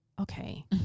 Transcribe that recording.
okay